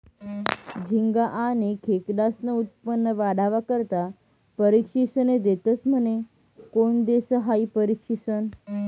झिंगा आनी खेकडास्नं उत्पन्न वाढावा करता परशिक्षने देतस म्हने? कोन देस हायी परशिक्षन?